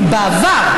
כי בעבר,